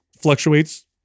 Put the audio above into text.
fluctuates